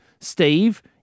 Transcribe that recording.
Steve